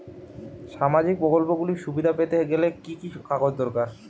সামাজীক প্রকল্পগুলি সুবিধা পেতে গেলে কি কি কাগজ দরকার?